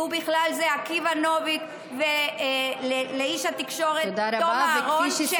ובכלל זה לעקיבא נוביק ולאיש התקשורת תם אהרון,